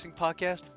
podcast